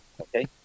Okay